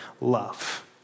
love